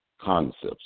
concepts